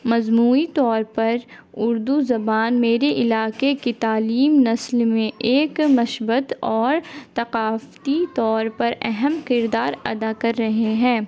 مجموعی طور پر اردو زبان میرے علاقے کی تعلیم نسل میں ایک مثبت اور ثقافتی طور پر اہم کردار ادا کر رہے ہیں